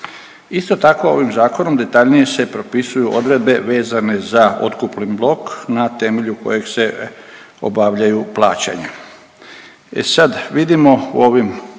Isto tako ovim zakonom detaljnije se propisuju odredbe vezane za otkupni blok na temelju kojeg se obavljaju plaćanja.